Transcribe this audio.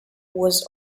was